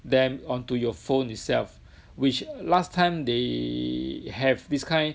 them onto your phone itself which last time they have this kind